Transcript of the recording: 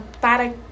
para